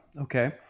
Okay